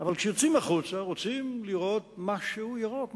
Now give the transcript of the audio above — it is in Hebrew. אבל כשיוצאים החוצה רוצים לראות משהו ירוק,